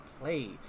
play